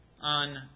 on